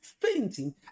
fainting